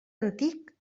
antic